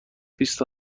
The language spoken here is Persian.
بیست